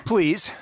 Please